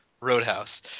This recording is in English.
Roadhouse